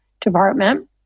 department